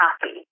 happy